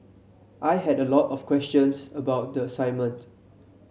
I had a lot of questions about the assignment